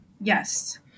Yes